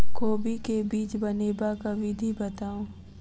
कोबी केँ बीज बनेबाक विधि बताऊ?